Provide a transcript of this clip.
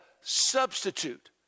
substitute